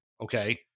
okay